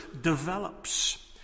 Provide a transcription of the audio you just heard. develops